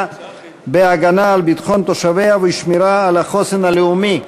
בהגנה על ביטחון תושביה ובשמירה על החוסן הלאומי.